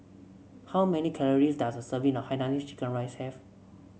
how many calories does a serving a Hainanese Chicken Rice have